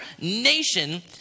nation